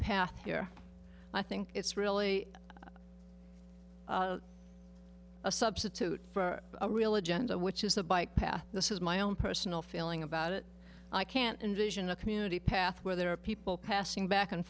path i think it's really a substitute for a real agenda which is the bike path this is my own personal feeling about it i can't envision a community path where there are people passing back and